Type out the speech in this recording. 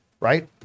right